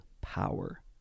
power